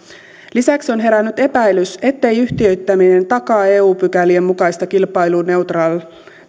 lisäksi on herännyt epäilys ettei yhtiöittäminen takaa eu pykälien mukaista kilpailuneutraaliutta